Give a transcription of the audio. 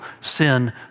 sin